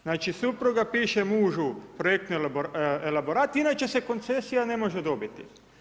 Znači, supruga piše mužu projektni elaborat, inače se koncesija ne može dobiti.